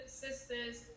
sisters